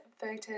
photos